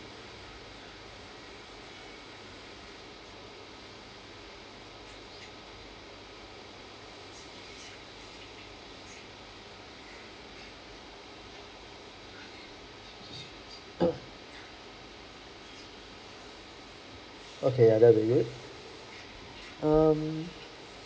okay that will be good um